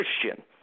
Christian